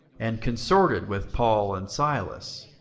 and consorted with paul and silas